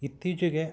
ಇತ್ತೀಚೆಗೆ